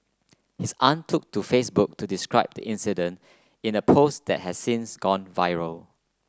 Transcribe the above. his aunt took to Facebook to describe the incident in a post that has since gone viral